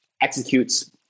executes